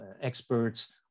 experts